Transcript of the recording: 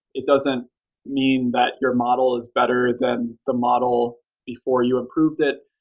it doesn't mean that your model is better than the model before you improved it,